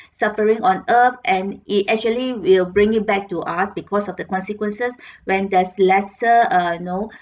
suffering on earth and it actually will bring it back to us because of the consequences when there's lesser uh you know